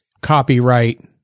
copyright